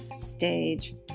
stage